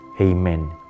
Amen